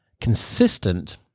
consistent